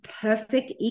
perfect